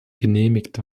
genehmigt